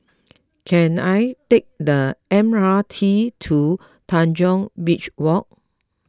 can I take the M R T to Tanjong Beach Walk